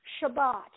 Shabbat